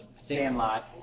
Sandlot